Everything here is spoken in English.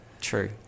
True